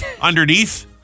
underneath